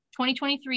2023